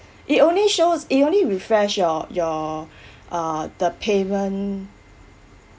it only shows it only refresh your your uh the payment